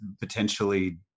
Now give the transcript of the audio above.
potentially